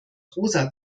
rosa